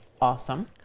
awesome